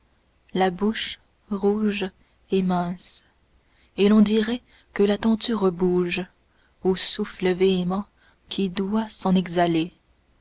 la bouche rouge est mince et l'on dirait que la tenture bouge au souffle véhément qui doit s'en exhaler